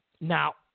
Now